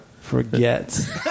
forget